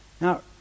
Now